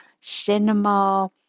cinema